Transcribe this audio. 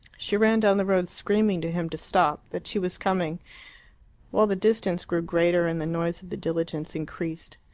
she ran down the road screaming to him to stop that she was coming while the distance grew greater and the noise of the diligence increased.